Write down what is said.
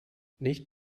nicht